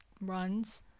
runs